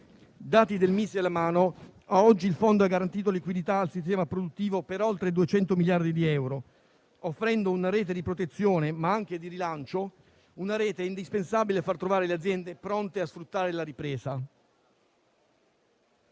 alla mano, ad oggi il Fondo ha garantito liquidità al sistema produttivo per oltre 200 miliardi di euro, offrendo una rete di protezione, ma anche di rilancio, indispensabile per far trovare le aziende pronte a sfruttare la ripresa.